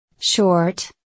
short